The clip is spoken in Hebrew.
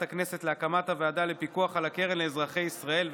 הכנסת להקמת הוועדה לפיקוח על הקרן לאזרחי ישראל,